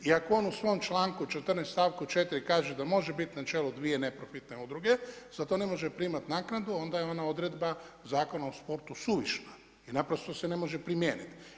I ako on u svom članku 14., stavku 4. kaže da može biti na čelu dvije neprofitne udruge za to ne može primati naknadu onda je ona odredba Zakona o sportu suvišna i naprosto se ne može primijeniti.